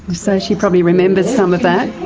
so she probably remembers some of that?